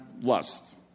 lust